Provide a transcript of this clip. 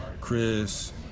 Chris